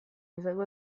izango